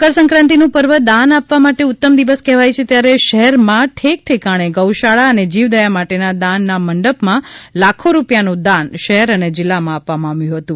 મકરસંક્રાંતિનું પર્વ દાન આપવા માટે ઉત્તમ દિવસ કહેવાય છે ત્યારે શહેરમાં ઠેકઠેકાણે ગૌશાળા અને જીવ દયા માટે દાનના મંડપમાં લાખો રૂપિયાનું દાન શહેર અને જિલ્લામાં આપવામાં આવ્યું હતું